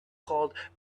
called